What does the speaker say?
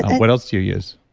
what else do you use?